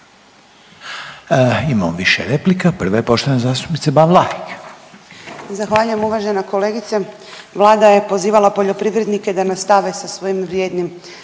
Imamo više replika, prva je poštovane zastupnice Ban Vlahek. **Ban, Boška (SDP)** Zahvaljujem. Uvažena kolegice, Vlada je pozivala poljoprivrednike da nastave sa svojim vrijednim